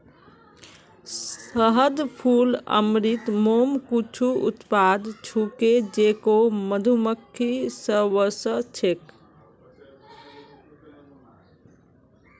शहद, फूल अमृत, मोम कुछू उत्पाद छूके जेको मधुमक्खि स व स छेक